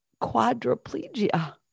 quadriplegia